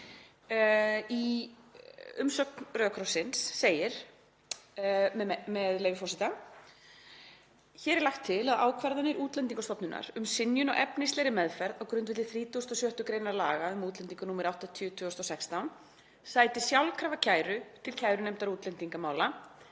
Í umsögn Rauða krossins segir, með leyfi forseta: „Hér er lagt til að ákvarðanir Útlendingastofnunar um synjun á efnislegri meðferð á grundvelli 36. gr. laga um útlendinga nr. 80/2016 (útl.) sæti sjálfkrafa kæru til kærunefndar útlendingamála